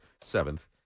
seventh